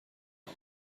auf